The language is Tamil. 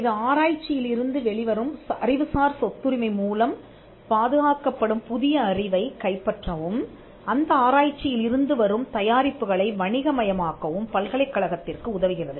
இது ஆராய்ச்சியில் இருந்து வெளிவரும் அறிவுசார் சொத்துரிமை மூலம் பாதுகாக்கப்படும் புதிய அறிவைக் கைப்பற்றவும் அந்த ஆராய்ச்சியில் இருந்து வரும் தயாரிப்புகளை வணிகமயமாக்கவும் பல்கலைக்கழகத்திற்கு உதவுகிறது